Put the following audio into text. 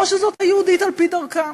או שזו יהודית על-פי דרכה?